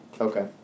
Okay